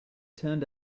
turned